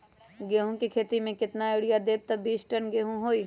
गेंहू क खेती म केतना यूरिया देब त बिस टन गेहूं होई?